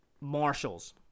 marshals